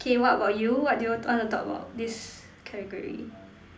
K what about you what do you want to talk about this category